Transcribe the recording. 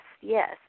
yes